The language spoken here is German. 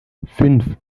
fünf